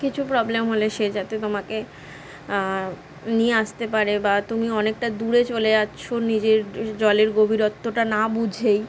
কিছু প্রব্লেম হলে সে যাতে তোমাকে নিয়ে আসতে পারে বা তুমি অনেকটা দূরে চলে যাচ্ছো নিজের জলের গভীরত্বটা না বুঝেই